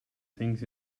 sings